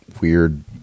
weird